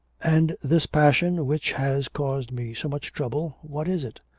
and this passion which has caused me so much trouble, what is it?